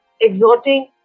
exhorting